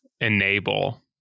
enable